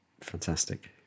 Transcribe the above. Fantastic